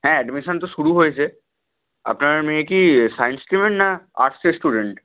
হ্যাঁ অ্যাডমিশান তো শুরু হয়েছে আপনার মেয়ে কি সায়েন্স স্ট্রিমের না আর্টসের স্টুডেন্ট